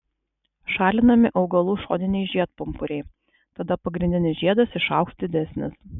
šalinami augalų šoniniai žiedpumpuriai tada pagrindinis žiedas išaugs didesnis